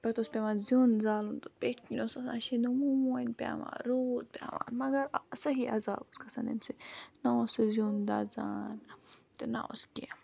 پَتہٕ اوس پٮ۪وان زیُن زالُن تہٕ پیٚٹھۍ کِنۍ اوس آسان شیٖنہٕ وونۍ پٮ۪وان روٗد پٮ۪وان مگر صحیح عزاب اوس گژھان اَمہِ سۭتۍ نہ اوس سُہ زیُن دَزان تہٕ نہ اوس کینٛہہ